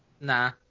Nah